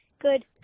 Good